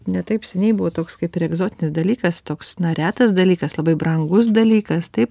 ne taip seniai buvo toks kaip ir egzotinis dalykas toks na retas dalykas labai brangus dalykas taip